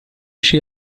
she